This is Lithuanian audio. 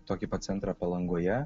tokį centrą palangoje